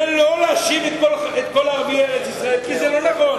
ולא להאשים את כל ערביי ארץ-ישראל, כי זה לא נכון.